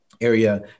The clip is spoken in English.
area